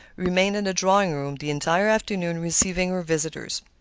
remained in the drawing-room the entire afternoon receiving her visitors.